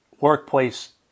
workplace